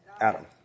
Adam